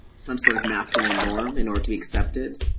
some sort of masculine norm in order to be accepted